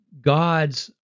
god's